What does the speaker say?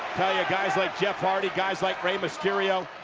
tell you guys like jeff hardy guys like rey mysterio,